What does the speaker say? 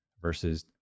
versus